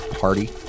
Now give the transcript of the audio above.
party